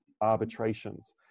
arbitrations